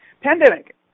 Pandemic